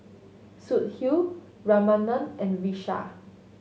Sudhir Ramanand and Vishal